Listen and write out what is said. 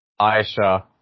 Aisha